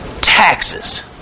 taxes